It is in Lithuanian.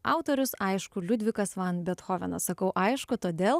autorius aišku liudvikas van bethovenas sakau aišku todėl